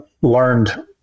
learned